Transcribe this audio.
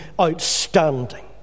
outstanding